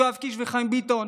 יואב קיש וחיים ביטון,